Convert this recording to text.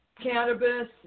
cannabis